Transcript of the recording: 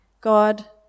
God